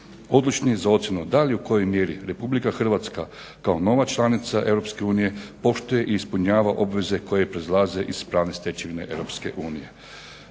odlučni za ocjenu da li i u kojoj mjeri RH kao nova članica EU poštuje i ispunjava obveze koje proizlaze iz pravne stečevine EU.